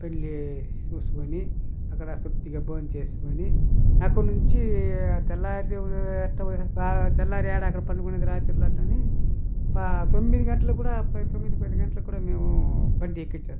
పెళ్లి చూసుకొని అక్కడ తృప్తిగా భోంచేసుకుని అక్కడి నుంచి తెల్లారితే తెల్లారే దాకా పండుకునేది రాత్రి ఎట్లా అని తొమ్మిది గంటలకి కూడా తొమ్మిది పది గంటలకు కూడా మేము బండి ఎక్కి వచ్చేస్తాము